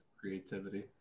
creativity